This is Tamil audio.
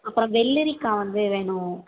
அப்புறம் வெள்ளரிக்காய் வந்து வேணும்